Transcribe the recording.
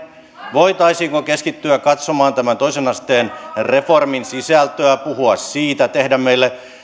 voitaisiinko keskittyä katsomaan tämän toisen asteen reformin sisältöä puhua siitä